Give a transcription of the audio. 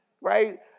right